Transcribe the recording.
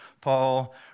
Paul